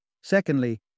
Secondly